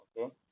okay